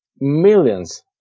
millions